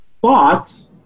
Thoughts